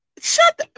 Shut